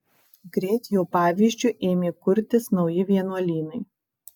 greit jo pavyzdžiu ėmė kurtis nauji vienuolynai